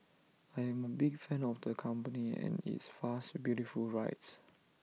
I am A big fan of the company and its fast beautiful rides